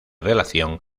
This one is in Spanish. relación